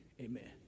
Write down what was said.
amen